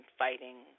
fighting